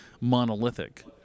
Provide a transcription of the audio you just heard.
monolithic